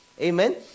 Amen